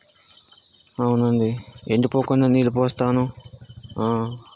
అవునండి ఎండిపోకుండా నీళ్ళు పోస్తాను